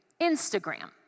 Instagram